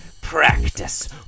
practice